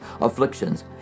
afflictions